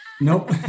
Nope